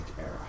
era